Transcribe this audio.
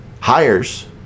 hires